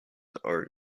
are